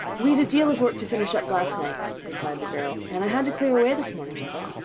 we'd a deal of work to finish up last night, replied the girl, and had to clear away this morning, mother!